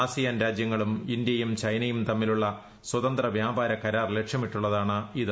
ASEAN രാജ്യങ്ങളും ഇന്ത്യയും ചൈനയും തമ്മിലുള്ള സ്വതന്ത്ര വ്യാപാര കരാർ ലക്ഷ്യമിട്ടുള്ളതാണ് ഇത്